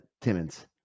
Timmons